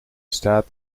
staat